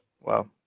Wow